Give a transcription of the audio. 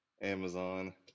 Amazon